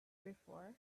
before